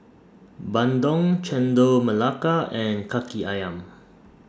Bandung Chendol Melaka and Kaki Ayam